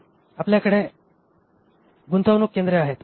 मग आपल्याकडे गुंतवणूक केंद्रे आहेत